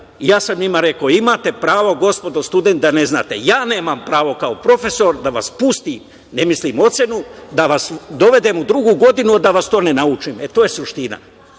Ja sam njima rekao - imate pravo, gospodo studenti, da ne znate. Ja nemam pravo kao profesor da vas pustim, ne mislim ocenu, da vas dovedem u drugu godinu a da vas to ne naučim. E, to je suština.